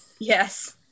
yes